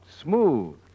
smooth